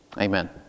Amen